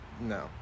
no